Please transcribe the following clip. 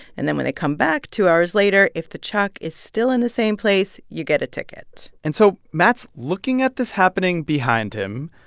and then when they come back two hours later, if the chalk is still in the same place, you get a ticket and so matt's looking at this happening behind him.